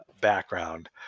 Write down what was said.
background